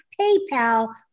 PayPal